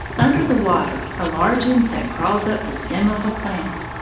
under the water a large insect crawls up the stem of a plant.